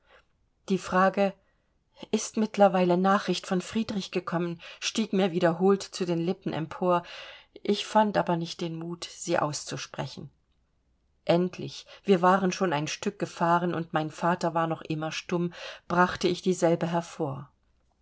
die frage ist mittlerweile nachricht von friedrich gekommen stieg mir wiederholt zu den lippen empor ich fand aber nicht den mut sie auszusprechen endlich wir waren schon ein stück gefahren und mein vater war noch immer stumm brachte ich dieselbe hervor